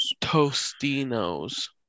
Tostino's